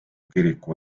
kiriku